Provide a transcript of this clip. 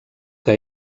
que